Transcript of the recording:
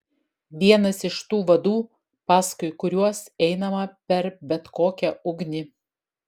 vienas iš tų vadų paskui kuriuos einama per bet kokią ugnį